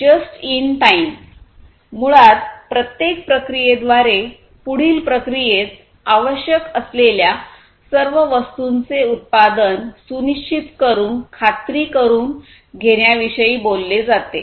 just in time मुळात प्रत्येक प्रक्रिये द्वारे पुढील प्रक्रियेत आवश्यक असलेल्या सर्व वस्तूंचे उत्पादन सुनिश्चित करून खात्री करुन घेण्या विषयी बोलले जाते